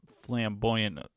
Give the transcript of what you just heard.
flamboyant